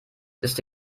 ist